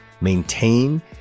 maintain